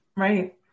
Right